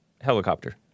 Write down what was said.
helicopter